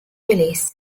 released